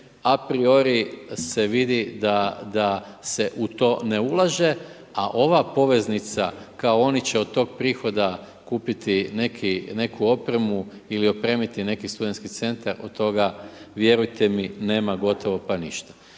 apriori se vidi da se u to ne ulaže a ova poveznica kao oni će od tog prihoda kupiti neku opremu ili opremiti neki SC, od toga vjerujte mi, nema gotovo pa ništa.